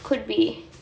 could be